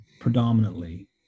predominantly